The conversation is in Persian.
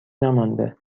نمانده